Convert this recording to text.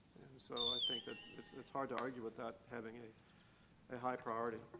so i think that it's it's hard to argue with that having a ah high priority.